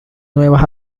nuevas